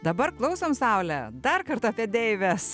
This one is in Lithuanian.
dabar klausom saule dar kartą apie deives